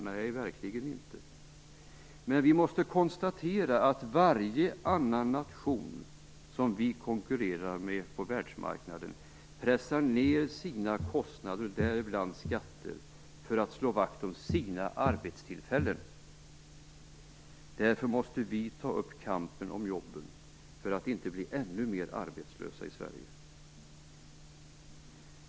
Nej, det är vi verkligen inte, men vi måste konstatera att varje annan nation som vi konkurrerar med på världsmarknaden pressar ned sina kostnader och däribland skatter för att slå vakt om sina arbetstillfällen. Därför måste vi ta upp kampen om jobben för att inte bli ännu mera arbetslösa i Sverige.